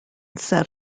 set